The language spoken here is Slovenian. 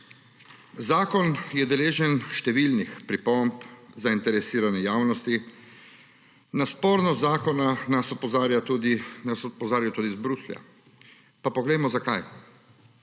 Zakon je deležen številnih pripomb zainteresirane javnosti. Na spornost zakona nas opozarjajo tudi iz Bruslja. Pa poglejmo, zakaj.